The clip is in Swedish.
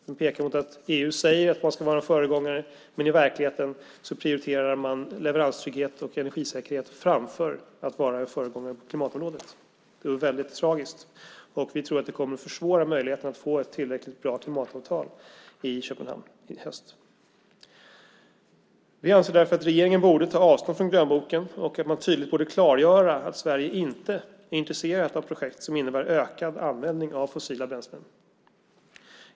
Den pekar mot att EU säger att man ska vara föregångare, men i verkligheten prioriterar man leveranstrygghet och energisäkerhet framför att vara en föregångare på klimatområdet. Det är väldigt tragiskt. Vi tror att detta kommer att göra det svårare att till hösten i Köpenhamn få ett tillräckligt bra klimatavtal. Därför anser vi att regeringen borde ta avstånd från grönboken och tydligt klargöra att Sverige inte är intresserat av projekt som innebär ökad användning av fossila bränslen.